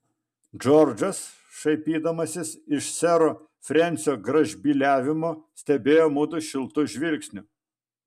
džordžas šaipydamasis iš sero frensio gražbyliavimo stebėjo mudu šiltu žvilgsniu